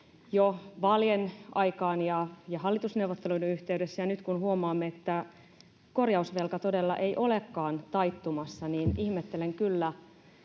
jo vaalien aikaan ja hallitusneuvotteluiden yhteydessä, ja nyt kun huomaamme, että korjausvelka todellakaan ei ole taittumassa, niin ihmettelen kyllä,